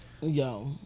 Yo